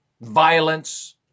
violence